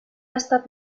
estat